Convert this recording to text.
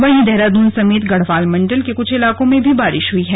वहीं देहरादून समेत गढ़वाल मंडल के क्छ इलाकों में भी बारिश हई है